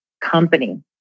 company